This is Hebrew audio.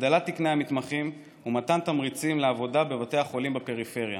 הגדלה של תקני המתמחים ומתן תמריצים לעבודה בבתי החולים בפריפריה.